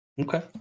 Okay